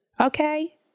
Okay